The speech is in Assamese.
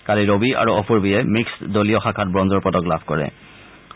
কালি ৰবি আৰু অপূৰ্ৱীয়ে মিক্সড দলীয় শাখাত ব্ৰঞ্জৰ পদক লাভ কৰিছে